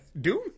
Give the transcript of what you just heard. Doom